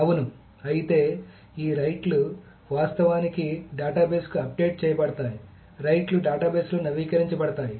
అవును అయితే ఈ రైట్ లు వాస్తవానికి డేటాబేస్కు అప్డేట్ చేయబడతాయి రైట్ లు డేటాబేస్లో నవీకరించబడతాయి